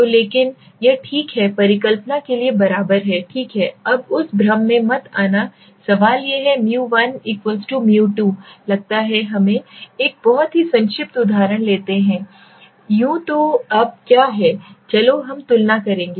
तो लेकिन यह ठीक है परिकल्पना के लिए बराबर है ठीक है अब उस भ्रम में मत आना सवाल यह है किμ1 μ2 लगता है हमें एक बहुत ही संक्षिप्त उदाहरण लेते हैं तो यू ले अब क्या है चलो हम तुलना करेंगे